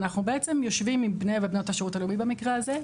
ואנחנו בעצם יושבים עם בני ובנות השירות הלאומי במקרה הזה,